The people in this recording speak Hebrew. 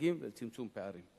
בהישגים ועל צמצום פערים.